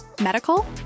medical